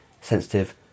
sensitive